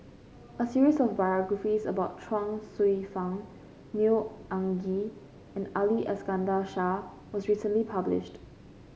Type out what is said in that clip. a series of biographies about Chuang Hsueh Fang Neo Anngee and Ali Iskandar Shah was recently published